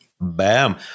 Bam